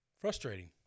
Frustrating